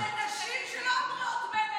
כי לא נעים כל פעם לעצור אנשים.